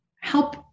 help